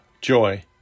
joy